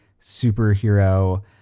superhero